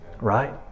Right